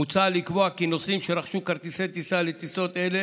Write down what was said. מוצע לקבוע כי נוסעים שרכשו כרטיסי טיסה לטיסות האלה